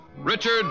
Richard